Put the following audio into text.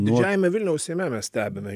didžiąjame vilniaus seimemes stebime